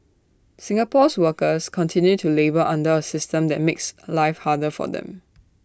Singapore's workers continue to labour under A system that makes life harder for them